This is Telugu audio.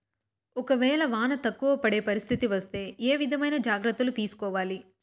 ఒక వేళ వాన తక్కువ పడే పరిస్థితి వస్తే ఏ విధమైన జాగ్రత్తలు తీసుకోవాలి?